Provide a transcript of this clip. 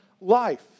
life